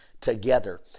together